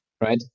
right